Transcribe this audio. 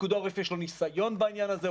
פיקוד העורף יש לו ניסיון בעניין הזה,